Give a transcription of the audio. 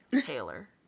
Taylor